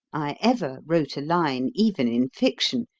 i ever wrote a line, even in fiction,